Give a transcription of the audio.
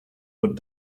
would